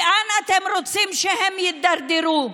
לאן אתם רוצים שהם יידרדרו?